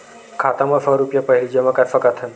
खाता मा सौ रुपिया पहिली जमा कर सकथन?